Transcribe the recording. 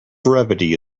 brevity